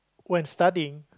when studying